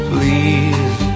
Please